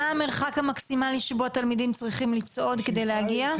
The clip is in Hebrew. מה המרחק המקסימלי שבו התלמידים צריכים לצעוד כדי להגיע?